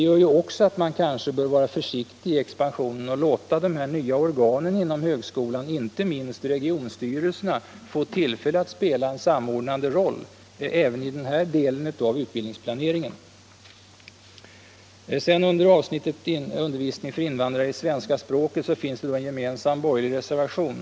Också därför bör man kanske vara försiktig med expansionen och låta de nya organen inom högskolan, inte minst regionalstyrelserna, få tillfälle att spela en samordnande roll även i den här delen av utbildningsplaneringen. Under punkten Undervisning för invandrare i svenska språket m.m. finns en gemensam borgerlig reservation.